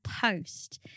post